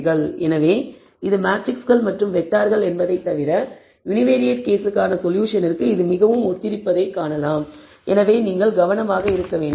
எனவே இது மேட்ரிக்ஸ்கள் மற்றும் வெக்டார்கள் என்பதைத் தவிர யுனிவேரியேட் கேஸுக்கான சொல்யூஷனிற்கு இது மிகவும் ஒத்திருப்பதை நீங்கள் காணலாம் எனவே நீங்கள் கவனமாக இருக்க வேண்டும்